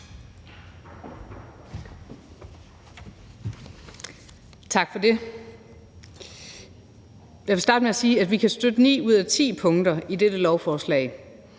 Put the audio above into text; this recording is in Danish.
Tak for det. Jeg vil starte med at sige, at vi kan støtte ni ud af ti punkter i dette lovforslag,